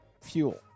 fuel